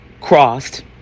crossed